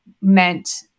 meant